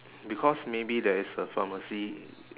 because maybe there is a pharmacy